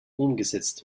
umgesetzt